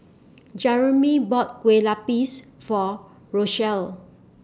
Jeremey bought Kue Lupis For Rochelle